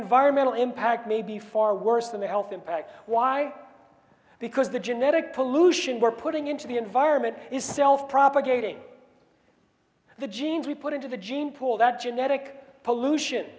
environmental impact may be far worse than the health impact why because the genetic pollution we're putting into the environment is self propagating the genes we put into the gene pool that genetic pollution